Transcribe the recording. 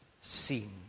seen